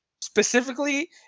Specifically